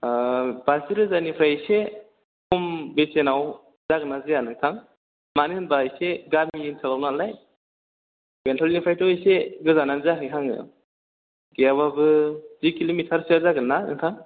ओ बाजि रोजानिफ्राय एसे खम बेसेनाव जागोन ना जाया नोंथां मानो होनबा एसे गामि ओनसोलाव नालाय बेंटलनिफ्राय एसे गोजानानो जाहैहाङो गैयाबाबो जि किल'मिटार सोआ जागोनना नोंथां